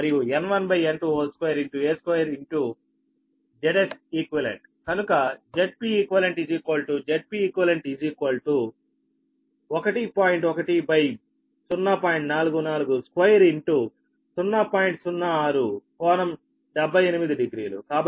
a N2 N1 మరియు 2 a2 Zseq